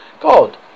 God